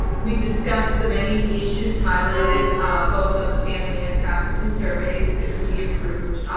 we discussed the many issues highlighted both on the family and faculty surveys that could be improved